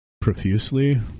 Profusely